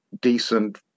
decent